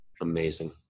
Amazing